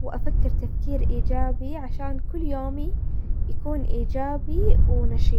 وافكر تفكير ايجابي عشان كل يومي يكون ايجابي ونشيط.